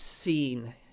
seen